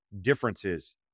differences